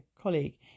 colleague